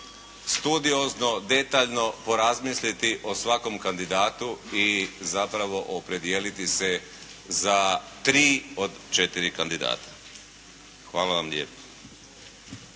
studiozno detaljno porazmisliti o svakom kandidatu i zapravo opredijeliti se za tri od četiri kandidata. Hvala vam lijepo.